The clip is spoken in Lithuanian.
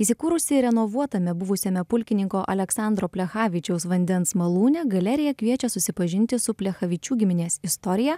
įsikūrusi renovuotame buvusiame pulkininko aleksandro plechavičiaus vandens malūne galerija kviečia susipažinti su plechavičių giminės istorija